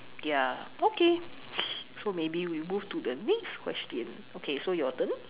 ya okay so maybe we move to the next question okay so your turn